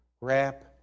wrap